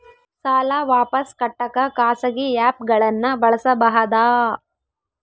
ಸಾಲ ವಾಪಸ್ ಕಟ್ಟಕ ಖಾಸಗಿ ಆ್ಯಪ್ ಗಳನ್ನ ಬಳಸಬಹದಾ?